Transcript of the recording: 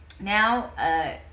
Now